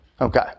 Okay